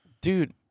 Dude